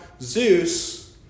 Zeus